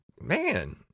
Man